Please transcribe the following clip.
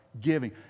giving